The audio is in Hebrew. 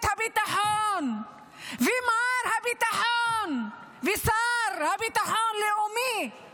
הביטחון ומר הביטחון והשר לביטחון לאומי לא